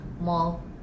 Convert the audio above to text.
mall